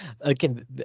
again